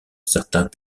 certains